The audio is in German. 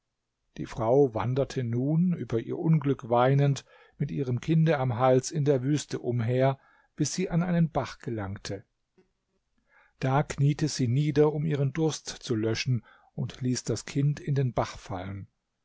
die frau wanderte nun über ihr unglück weinend mit ihrem kinde am hals in der wüste umher bis sie an einen bach gelangte da kniete sie nieder um ihren durst zu löschen und ließ das kind in den bach fallen